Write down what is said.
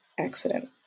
accident